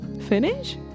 finish